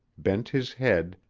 bent his head,